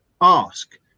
ask